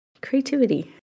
creativity